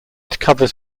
covers